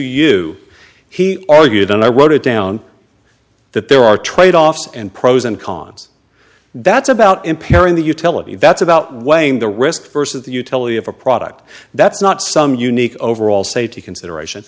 you he argued and i wrote it down that there are tradeoffs and pros and cons that's about impairing the utility that's about weighing the risk versus the utility of a product that's not some unique overall safety consideration